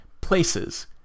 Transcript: places